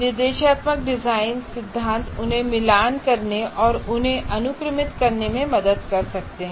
निर्देशात्मक डिजाइन सिद्धांत उन्हें मिलान करने और उन्हें अनुक्रमित करने में मदद कर सकते हैं